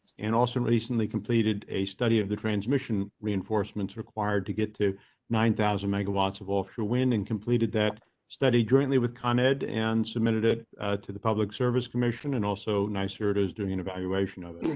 and also, recently completed a study of the transmission reinforcements required to get to nine thousand megawatts of offshore wind and completed that study jointly with con, ed, and submitted it to the public service commission and also nicer. it is doing an evaluation of it. ah,